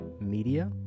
Media